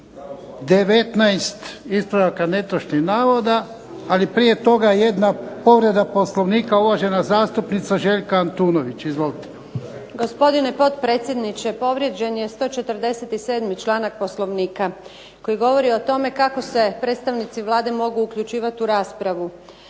19 ispravaka netočnih navoda. Ali prije toga jedna povreda Poslovnika, uvažena zastupnica Željka Antunović. Izvolite. **Antunović, Željka (SDP)** Gospodine potpredsjedniče povrijeđen je 147. članak Poslovnika koji govori o tome kako se predstavnici Vlade mogu uključivati u raspravu.